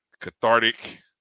cathartic